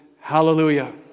hallelujah